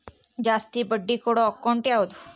ಜಾಸ್ತಿ ಬಡ್ಡಿ ಕೊಡೋ ಅಕೌಂಟ್ ಯಾವುದು?